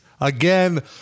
again